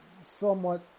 somewhat